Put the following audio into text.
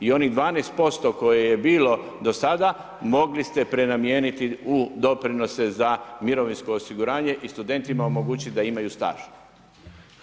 I onih 12% koje je bilo do sada, mogli ste prenamijeniti u doprinose za mirovinsko osiguranje i studentima omogućiti da imaju staž.